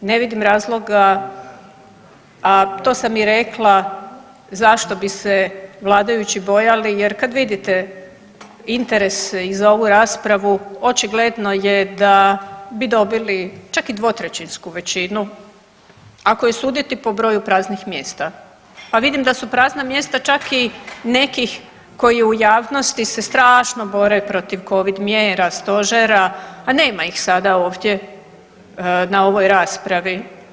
Ne vidim razloga, a to sam i rekla, zašto bi se vladajući bojali jer kad vidite interese i za ovu raspravu, očigledno je da bi dobili čak i dvotrećinsku većinu, ako je suditi po broju praznih mjesta, a vidim da su prazna mjesta čak i nekih koji u javnosti se strašno bore protiv Covid mjera, Stožera, a nema ih sada ovdje na ovoj raspravi.